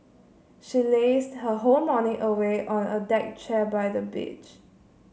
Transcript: she lazed her whole morning away on a deck chair by the beach